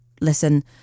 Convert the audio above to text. listen